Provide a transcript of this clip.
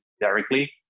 directly